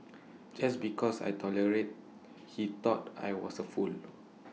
just because I tolerated he thought I was A fool